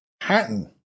Hatton